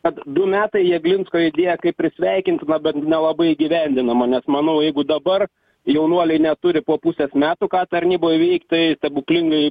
kad du metai jeglinsko idėja kaip ir sveikintina bet nelabai įgyvendinama nes manau jeigu dabar jaunuoliai neturi po pusės metų ką tarnyboj veikt tai stebuklingai